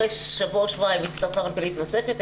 אחרי שבוע-שבועיים הצטרפה מנכ"לית נוספת,